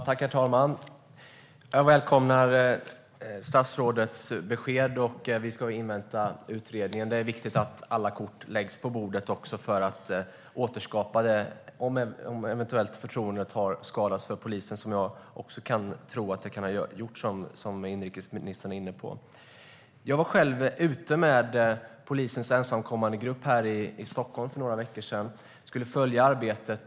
Herr talman! Jag välkomnar statsrådets besked om att vi ska invänta utredningen. Det är viktigt att alla kort läggs på bordet för att man ska kunna återskapa förtroendet för polisen, om det eventuellt har skadats, vilket det kan ha gjort som inrikesministern var inne på. Jag var själv ute med polisens ensamkommandegrupp här i Stockholm för några veckor sedan för att följa deras arbete.